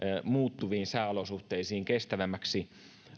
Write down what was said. muuttuvampiin sääolosuhteisiin kestävämmäksi